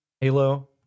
Halo